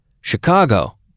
Chicago